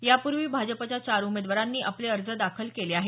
यापूर्वी भाजपच्या चार उमेदवारांनी आपले अर्ज दाखल केले आहेत